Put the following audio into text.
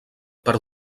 per